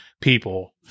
people